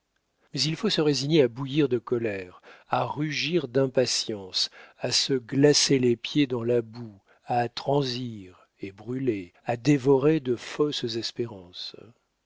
mais il faut se résigner à bouillir de colère à rugir d'impatience à se glacer les pieds dans la boue à transir et brûler à dévorer de fausses espérances